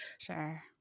Sure